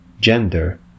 gender